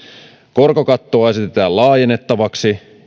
korkokattoa esitetään laajennettavaksi